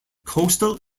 coastal